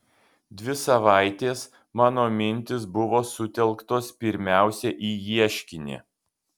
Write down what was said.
dvi savaitės mano mintys buvo sutelktos pirmiausia į ieškinį